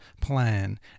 plan